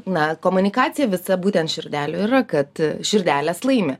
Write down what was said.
na komunikacija visa būtent širdelių yra kad širdelės laimi